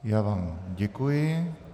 Já vám děkuji.